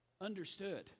understood